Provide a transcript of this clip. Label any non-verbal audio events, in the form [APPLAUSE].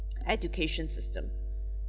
[NOISE] education system